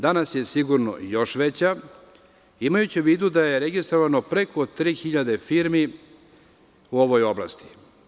Danas je sigurno još veća, imajući u vidu da je registrovano preko tri hiljade firmi u ovoj oblasti.